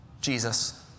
Jesus